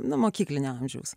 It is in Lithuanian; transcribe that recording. nuo mokyklinio amžiaus